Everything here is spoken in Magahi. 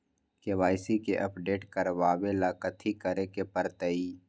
के.वाई.सी के अपडेट करवावेला कथि करें के परतई?